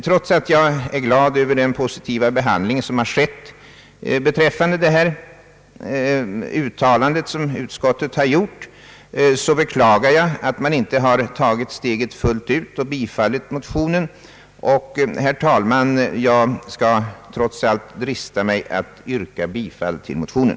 Trots att jag är glad över utskottets positiva behandling av motionen och det uttalande som utskottet har gjort, beklagar jag att utskottet inte har tagit steget fullt ut och tillstyrkt motionen. Herr talman! Jag skall ändock drista mig till att yrka bifall till motionen.